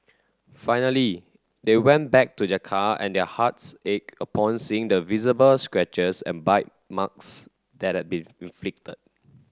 finally they went back to their car and their hearts ached upon seeing the visible scratches and bite marks that had been inflicted